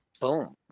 Boom